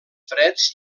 freds